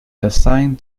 assigned